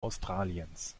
australiens